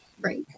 Right